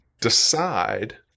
decide